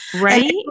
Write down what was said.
Right